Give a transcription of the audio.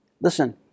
listen